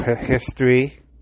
history